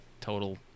total